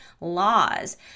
laws